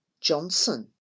Johnson